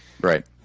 Right